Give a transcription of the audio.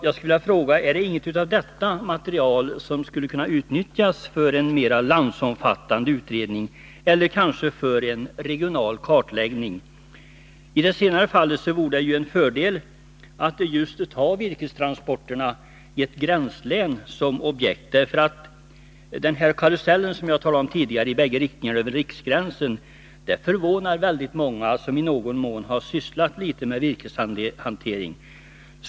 Jag vill fråga: Skulle inte något av detta material kunna utnyttjas för en mera landsomfattande utredning — eller kanske för en regional kartläggning? I det senare fallet vore det ju en fördel att ta virkestransporternai ett gränslän som objekt. Den karusell som jag talade om tidigare — i bägge riktningarna över riksgränsen — förvånar många som i någon mån har sysslat med virkeshantering.